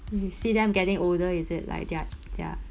you see them getting older is it like their their